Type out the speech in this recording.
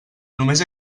només